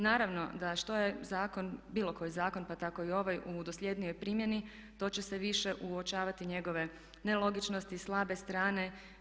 Naravno da što je zakon, bilo koji zakon pa tako i ovaj u dosljednijoj primjeni to će se više uočavati njegove nelogičnosti, slabe strane.